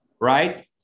right